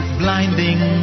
blinding